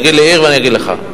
תגיד לי עיר ואני אגיד לך.